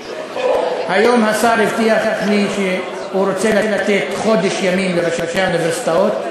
היום השר הבטיח לי שהוא רוצה לתת חודש ימים לראשי האוניברסיטאות.